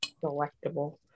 Delectable